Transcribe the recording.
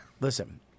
Listen